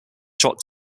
shot